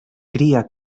cría